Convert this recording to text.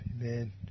Amen